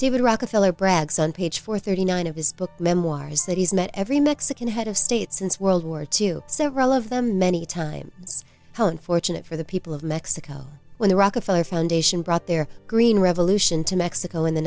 david rockefeller brags on page four thirty nine of his book memoirs that he's met every mexican head of state since world war two several of them many time hell unfortunate for the people of mexico when the rockefeller foundation brought their green revolution to mexico in the